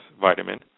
vitamin